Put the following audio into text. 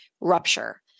rupture